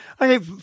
Okay